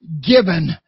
given